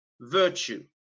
virtue